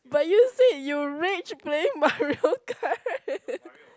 but you said you rage playing Mario-Kart